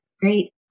Great